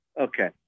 Okay